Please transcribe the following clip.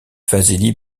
vassili